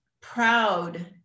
proud